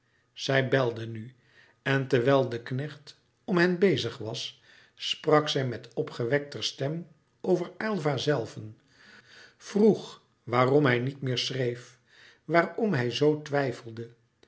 zij belde nu en terwijl de knecht om hen bezig louis couperus metamorfoze was sprak zij met opgewekter stem over aylva zelven vroeg waarom hij niet meer schreef waarom hij zoo twijfelde